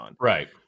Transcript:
Right